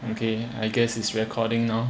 okay I guess it's recording now